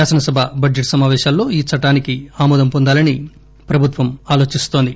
శాసనసభ బడ్లెట్ సమాపేశాల్లో ఈ చట్లానికి ఆమోదం పొందాలని ప్రభుత్వం ఆలోచిస్తోంది